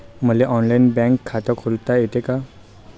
मले online bank खात खोलता येते का?